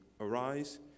Arise